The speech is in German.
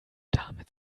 damit